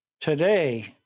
today